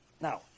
Now